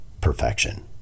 perfection